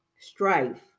strife